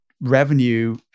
revenue